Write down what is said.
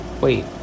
Wait